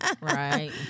right